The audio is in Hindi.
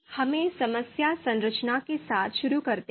हमें समस्या संरचना के साथ शुरू करते हैं